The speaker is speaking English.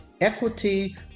equity